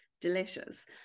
delicious